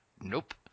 nope